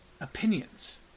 opinions